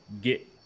get